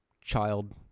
child